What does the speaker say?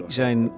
zijn